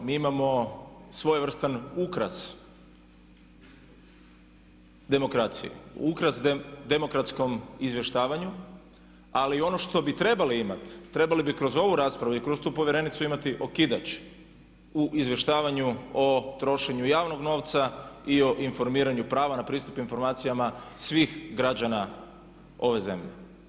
Mi imamo svojevrstan ukras demokracije, ukras demokratskom izvještavanju ali i ono što bi trebali imati, trebali bi kroz ovu raspravu i kroz tu povjerenicu imati okidač u izvještavanju, o trošenju javnog novca i o informiranju prava na pristup informacijama svih građana ove zemlje.